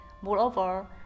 Moreover